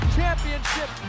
championship